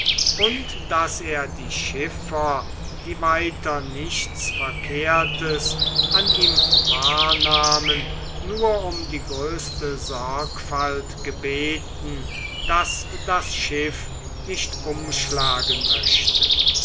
und daß er die schiffer die weiter nichts verkehrtes an ihm wahrnahmen nur um die größte sorgfalt gebeten daß das schiff nicht umschlagen möchte